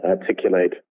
articulate